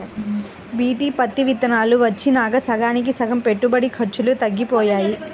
BT పత్తి విత్తనాలు వచ్చినాక సగానికి సగం పెట్టుబడి ఖర్చులు తగ్గిపోయాయి